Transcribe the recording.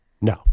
No